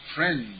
Friend